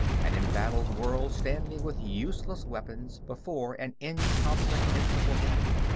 an embattled world standing with useless weapons before an incomprehensible enemy.